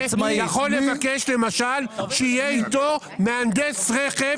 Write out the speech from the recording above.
הוא יכול לבקש למשל שיהיה איתו מהנדס רכב